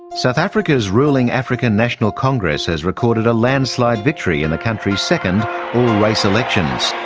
south africa's ruling african national congress has recorded a landslide victory in the country's second all-race elections.